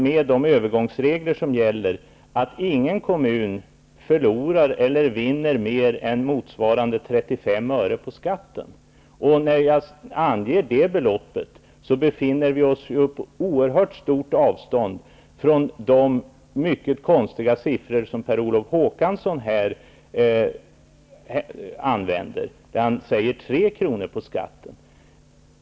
Med de övergångsregler som gäller innebär det att ingen kommun förlorar eller vinner mer än motsvarande 35 öre på skatten. När jag anger det beloppet befinner vi oss på ett oerhört stort avstånd från de mycket konstiga siffror som Per Olof Håkansson här använder. Han säger att det rör sig om 3 kr. på skatten.